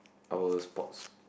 our sports